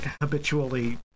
habitually